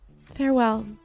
Farewell